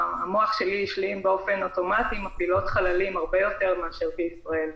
המוח שלי השלים באופן אוטומטי שהן מפילות חללים הרבה יותר מאשר בישראל.